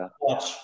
watch